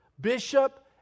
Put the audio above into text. bishop